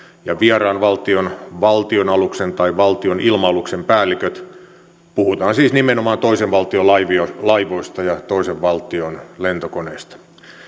ja vieraan valtion valtionaluksen tai valtionilma aluksen päälliköt puhutaan siis nimenomaan toisen valtion laivoista laivoista ja toisen valtion lentokoneista